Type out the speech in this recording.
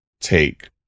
take